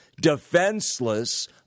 defenseless